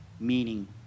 meaning